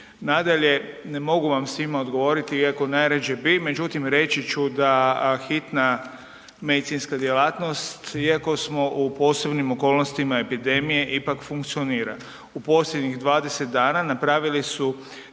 Nadalje, ne mogu vam svima odgovoriti iako najrađe bi, međutim reći ću da hitna medicinska djelatnost iako smo u posebnim okolnostima epidemije ipak funkcionira. U posljednjih 20 dana napravili su